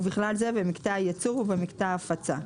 ובכלל זה במקטע הייצור ובמקטע ההפצה,